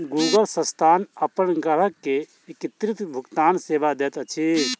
Google संस्थान अपन ग्राहक के एकीकृत भुगतान सेवा दैत अछि